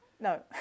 No